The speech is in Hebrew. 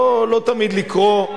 לא תמיד לקרוא,